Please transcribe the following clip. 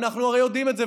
ואנחנו הרי יודעים את זה,